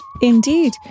Indeed